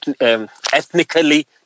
ethnically